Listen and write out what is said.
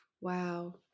Wow